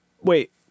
Wait